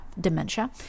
dementia